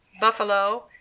Buffalo